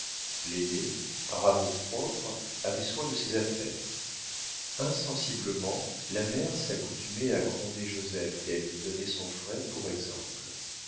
l'aîné par amour-propre avait soin de ses affaires insensiblement la mère s'accoutumait à gronder joseph et à lui donner son frère pour exemple